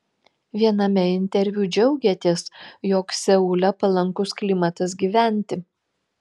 viename interviu džiaugėtės jog seule palankus klimatas gyventi